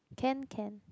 can can